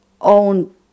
own